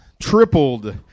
Tripled